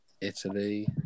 Italy